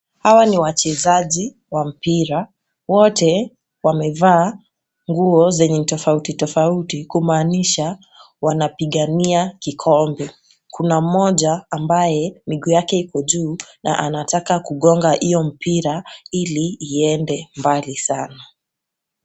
Hawa ni wachezaji wa mpira. Wote wamevaa nguo zenye tofauti tofauti kumaanisha wanapigania kikombe. Kuna mmoja ambaye miguu yake iko juu na anataka kugonga hiyo mpira ili iende mbali sana.